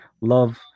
love